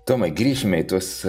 tomai grįšime į tuos